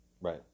Right